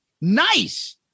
nice